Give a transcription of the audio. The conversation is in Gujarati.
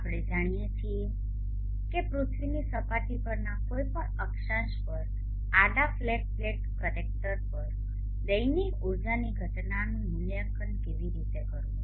આપણે જાણીએ છીએ કે પૃથ્વીની સપાટી પરના કોઈપણ અક્ષાંશ પર આડા ફ્લેટ પ્લેટ કલેક્ટર પર દૈનિક ઉર્જાની ઘટનાનું મૂલ્યાંકન કેવી રીતે કરવું